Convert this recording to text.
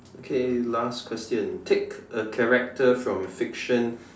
okay last question pick a character from fiction